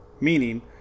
meaning